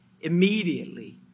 immediately